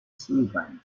sullivan